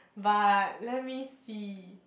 but let me see